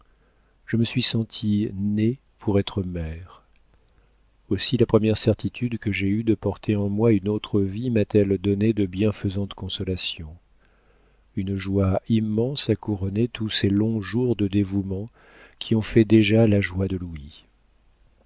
je me suis sentie née pour être mère aussi la première certitude que j'ai eue de porter en moi une autre vie m'a-t-elle donné de bienfaisantes consolations une joie immense a couronné tous ces longs jours de dévouement qui ont fait déjà la joie de